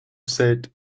said